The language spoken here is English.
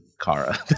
Kara